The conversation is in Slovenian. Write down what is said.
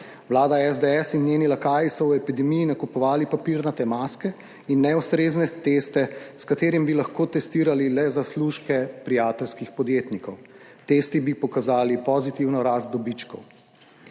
Vlada SDS in njeni lakaji so v epidemiji nakupovali papirnate maske in neustrezne teste, s katerimi bi lahko testirali le zaslužke prijateljskih podjetnikov. Testi bi pokazali pozitivno rast dobičkov.